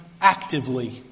actively